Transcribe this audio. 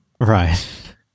right